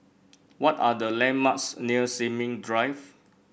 what are the landmarks near Sin Ming Drive